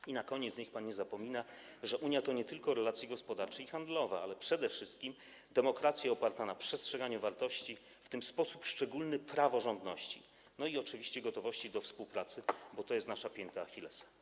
I na koniec - niech pan nie zapomina, że Unia to nie tylko relacje gospodarcze i handlowe, ale przede wszystkim demokracja oparta na przestrzeganiu wartości, w tym w sposób szczególny praworządności, no i oczywiście gotowości do współpracy, bo to jest nasza pięta Achillesa.